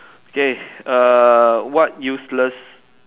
okay err what useless